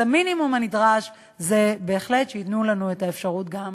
אז המינימום הנדרש זה בהחלט שייתנו לנו את האפשרות גם